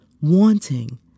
wanting